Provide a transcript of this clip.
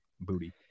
Booty